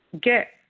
get